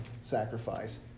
sacrifice